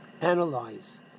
analyze